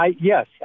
yes